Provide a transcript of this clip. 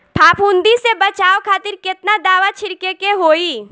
फाफूंदी से बचाव खातिर केतना दावा छीड़के के होई?